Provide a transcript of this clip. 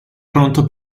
pronto